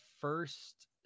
first